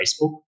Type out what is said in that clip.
Facebook